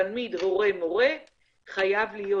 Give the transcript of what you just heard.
תלמיד-הורה-מורה חייב להיות,